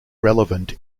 relevant